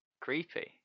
Creepy